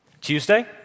Tuesday